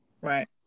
Right